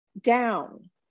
down